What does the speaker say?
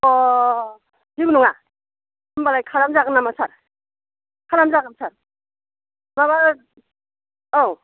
अ जेबो नङा होमबालाय खालामजागोन नामा सार खालामजागोन सार माबा औ